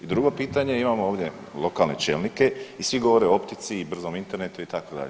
I drugo pitanje, imamo ovdje lokalne čelnike i svi govore o optici i brzom internetu, itd.